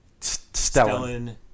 Stellan